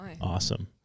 awesome